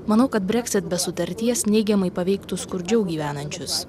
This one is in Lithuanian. manau kad brexit be sutarties neigiamai paveiktų skurdžiau gyvenančius